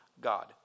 God